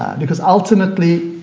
because ultimately,